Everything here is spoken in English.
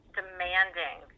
demanding